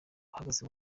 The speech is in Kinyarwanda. bahagaze